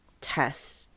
test